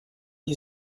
you